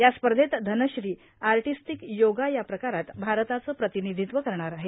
या स्पर्धेत Dhanashree artistic yoga या प्रकारात भारताचं प्रतिनिधित्व करणार आहे